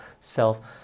self